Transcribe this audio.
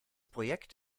projekt